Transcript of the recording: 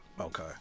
Okay